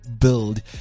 build